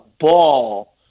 ball